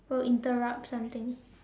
will interrupt something